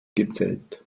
gezählt